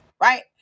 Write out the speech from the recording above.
right